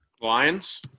Lions